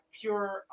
pure